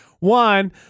One